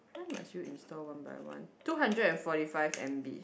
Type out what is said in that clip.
why must you install one by one two hundred and forty five m_b